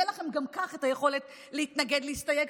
תהיה לכם גם כך היכולת להתנגד, להסתייג.